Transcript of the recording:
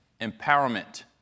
empowerment